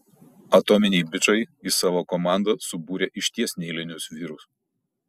atominiai bičai į savo komandą subūrė išties neeilinius vyrus